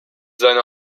seine